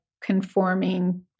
conforming